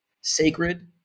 sacred